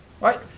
Right